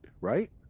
right